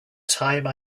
time